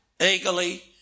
eagerly